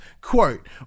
Quote